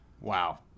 Wow